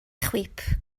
chwip